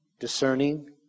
discerning